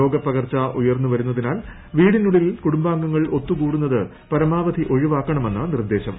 രോഗപകർച്ച ഉയർന്നു വരുന്നതിനാൽ വീടിന്നുള്ളിൽ കുടുംബാംഗങ്ങൾ ഒത്തുകൂടുന്നത് പരമാവധി ഒഴിവാക്കണമെന്ന് നിർദ്ദേശം